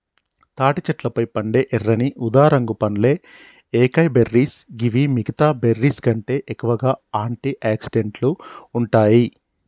తాటి చెట్లపై పండే ఎర్రని ఊదారంగు పండ్లే ఏకైబెర్రీస్ గివి మిగితా బెర్రీస్కంటే ఎక్కువగా ఆంటి ఆక్సిడెంట్లు ఉంటాయి